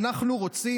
אנחנו רוצים,